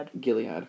Gilead